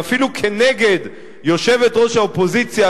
ואפילו כנגד יושבת-ראש האופוזיציה,